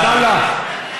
עבדאללה.